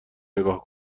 نگاه